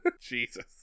jesus